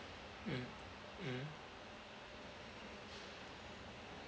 mm mm